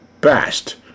Best